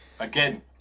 Again